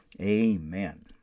Amen